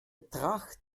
tracht